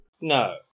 no